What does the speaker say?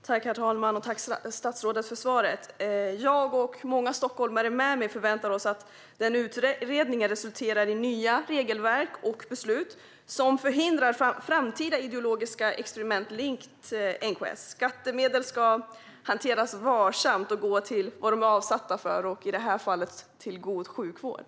Herr talman! Tack, statsrådet, för svaret! Jag och många stockholmare med mig förväntar oss att utredningen resulterar i nya regelverk och beslut som förhindrar framtida ideologiska experiment likt NKS. Skattemedel ska hanteras varsamt och gå till det de är avsedda för. I detta fall ska de gå till god sjukvård.